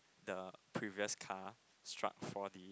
the previous car struck four D